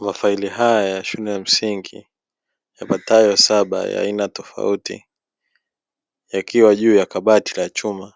Mafaili haya ya shule ya msingi yapatayo saba ya aina tofauti yakiwa juu ya kabati la chuma